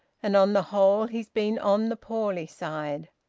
and on the whole he's been on the poorly side.